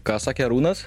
ką sakė arūnas